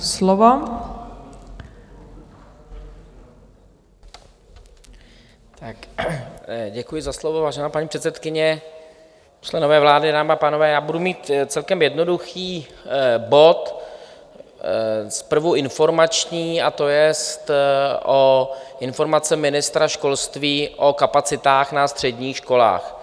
Děkuji za slovo, vážená paní předsedkyně, členové vlády, dámy a pánové, já budu mít celkem jednoduchý bod zprvu informační, a to je Informace ministra školství o kapacitách na středních školách.